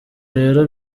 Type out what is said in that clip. rero